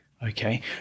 Okay